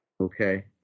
okay